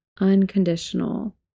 unconditional